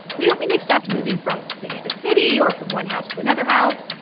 we don't mean they've stopped moving from city to city or from one house to another house.